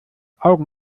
augen